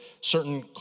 certain